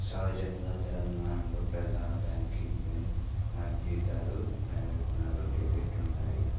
సహజంగా తెలంగాణలో ప్రధాన బ్యాంకింగ్ బ్యాంక్ మరియు జీతాలు డెబిట్ ఉన్నాయి